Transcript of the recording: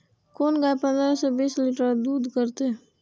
कोन गाय पंद्रह से बीस लीटर दूध करते?